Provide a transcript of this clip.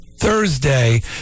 Thursday